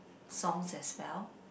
songs as well